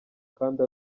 kandi